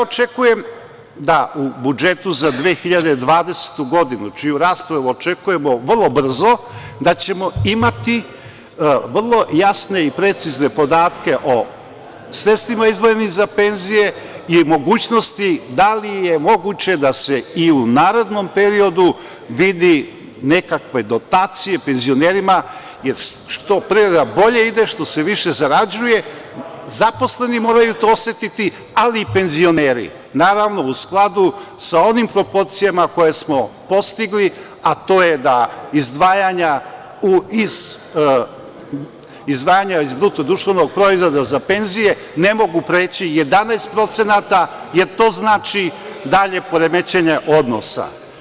Očekujem da u budžetu za 2020. godinu, čiju raspravu očekujemo vrlo brzo, da ćemo imati vrlo jasne i precizne podatke o sredstvima izdvojenim za penzije i mogućnosti da li je moguće da se i u narednom periodu vide nekakve dotacije penzionerima, jer što pre na bolje ide, što se više zarađuje, zaposleni to moraju osetiti, ali i penzioneri, naravno, u skladu sa onim proporcijama koje smo postigli, a to je da izdvajanja iz BDP-a za penzije ne mogu preći 11%, jer to znači dalje poremećenje odnosa.